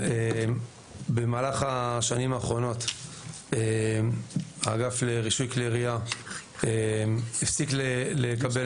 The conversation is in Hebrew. במהלך השנים האחרונות האגף לרישוי כלי ירייה הפסיק לקבל